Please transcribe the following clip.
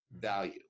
value